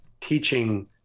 teaching